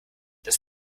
das